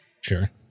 Sure